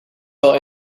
wel